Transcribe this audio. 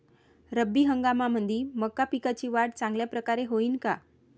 रब्बी हंगामामंदी मका पिकाची वाढ चांगल्या परकारे होईन का?